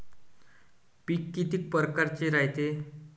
पिकं किती परकारचे रायते?